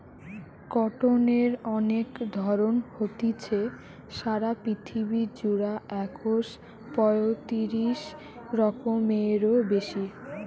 কটনের অনেক ধরণ হতিছে, সারা পৃথিবী জুড়া একশ পয়তিরিশ রকমেরও বেশি